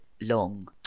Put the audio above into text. long